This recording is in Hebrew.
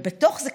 ובתוך זה,